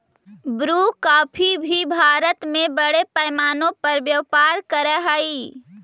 Bru coffee भी भारत में बड़े पैमाने पर व्यापार करअ हई